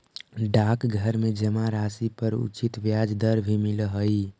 डाकघर में जमा राशि पर उचित ब्याज दर भी मिलऽ हइ